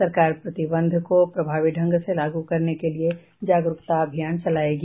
सरकार प्रतिबंध को प्रभावी ढंग से लागू करने के लिए जागरूकता अभियान चलायेगी